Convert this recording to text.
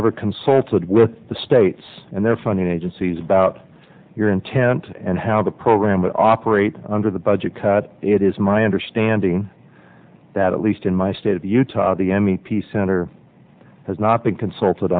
ever consulted with the states and their funding agencies about your intent and how the program would operate under the budget cut it is my understand adding that at least in my state of utah the m e p center has not been consulted